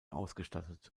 ausgestattet